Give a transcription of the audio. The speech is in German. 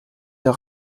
der